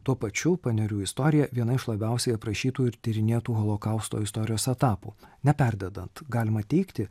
tuo pačiu panerių istorija viena iš labiausiai aprašytų ir tyrinėtų holokausto istorijos etapų neperdedant galima teigti